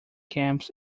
camps